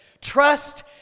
trust